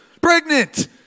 Pregnant